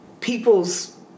people's